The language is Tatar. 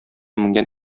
менгән